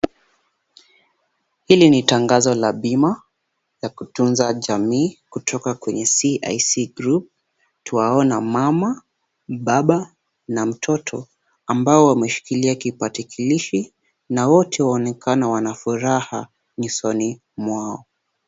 Hili ni tangazo la bima ya kutunza jamii kutoka kwenye CIC Group . Twaona mama, baba na mtoto ambao wameshikilia kipatikilishi na wote waonekana wana furaha nyusoni mwao.